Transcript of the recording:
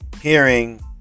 hearing